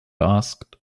asked